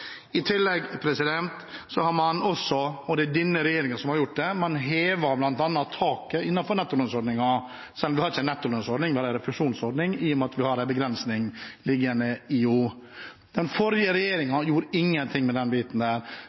I tillegg har man – og det er denne regjeringen som har gjort det – hevet bl.a. taket innenfor nettolønnsordningen, selv om det ikke er en nettolønnsordning, bare en refusjonsordning, i og med at vi har en begrensning liggende i den. Den forrige regjeringen gjorde ingenting med denne biten.